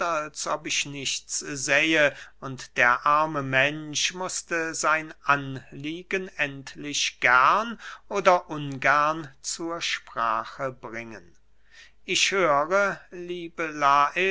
ob ich nichts sähe und der arme mensch mußte sein anliegen endlich gern oder ungern zur sprache bringen ich höre liebe